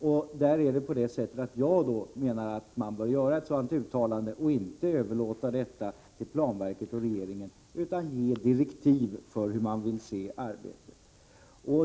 Jag menar alltså att riksdagen bör göra ett uttalande och inte överlåta frågan till planverket och regeringen. Riksdagen bör ge direktiv för hur man vill ha arbetet ordnat.